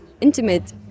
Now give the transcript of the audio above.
intimate